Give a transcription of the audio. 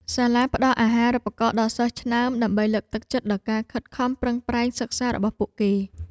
សាលាផ្តល់អាហារូបករណ៍ដល់សិស្សឆ្នើមដើម្បីលើកទឹកចិត្តដល់ការខិតខំប្រឹងប្រែងសិក្សារបស់ពួកគេ។